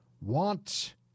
want